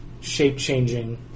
shape-changing